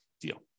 deal